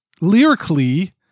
Lyrically